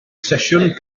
sesiwn